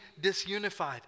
disunified